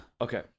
okay